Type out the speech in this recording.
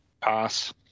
Pass